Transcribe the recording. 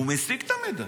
הוא משיג את המידע.